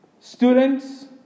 students